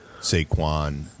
Saquon